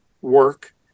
work